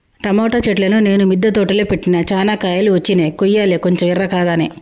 tomato చెట్లును నేను మిద్ద తోటలో పెట్టిన చానా కాయలు వచ్చినై కొయ్యలే కొంచెం ఎర్రకాగానే